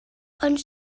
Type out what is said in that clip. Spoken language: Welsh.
ond